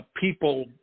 people